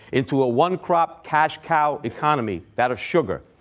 into a one-crop cash cow economy, that of sugar.